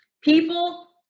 People